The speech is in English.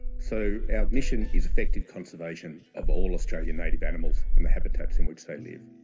so, our mission is effective conservation of all australian native animals and their habitats in which they live.